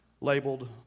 labeled